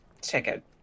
ticket